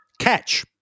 Catch